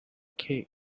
cake